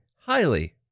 highly